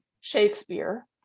Shakespeare